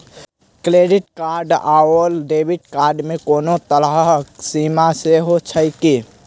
Credit card आओर debit card मे कोनो तरहक सीमा सेहो छैक की?